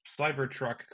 Cybertruck